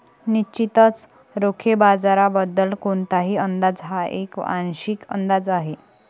निश्चितच रोखे बाजाराबद्दल कोणताही अंदाज हा एक आंशिक अंदाज आहे